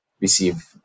Receive